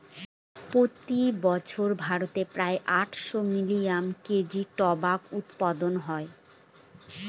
প্রতি বছর ভারতে প্রায় আটশো মিলিয়ন কেজি টোবাকো উৎপাদন হয়